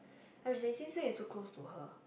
then she say since when you close to her